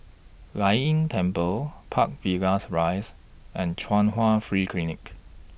Lei Yin Temple Park Villas Rise and Chung Hwa Free Clinic